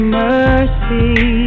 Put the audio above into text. mercy